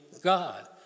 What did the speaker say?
God